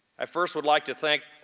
i first would like to thank,